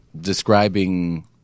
describing